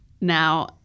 Now